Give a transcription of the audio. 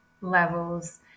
levels